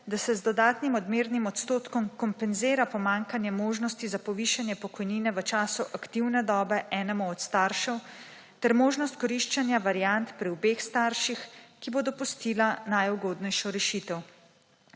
da se z dodatnim odmernim odstotkom kompenzira pomanjkanje možnosti za povišanje pokojnine v času aktivne dobe enemu od staršev ter možnost koriščenja variant pri obeh starših, ki bo dopustila najugodnejšo rešitev.